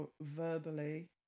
verbally